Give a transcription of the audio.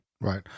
Right